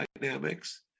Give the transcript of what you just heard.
dynamics